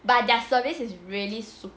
but their service is really superb